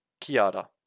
Kiada